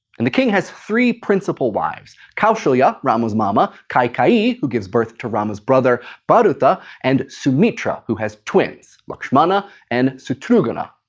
and the king has three principle wives kausalya, rama's mama, kaikeyi, who gives birth to rama's brother bharata, but but and sumitra who has twins, lakshmana and satrughna.